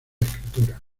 escritura